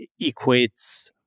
equates